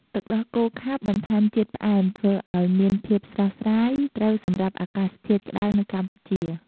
ទឹកដោះគោខាប់បន្ថែមជាតិផ្អែម ធ្វើឱ្យវាមានភាពស្រស់ស្រាយ ត្រូវសម្រាប់អាកាសធាតុក្តៅនៅកម្ពុជា។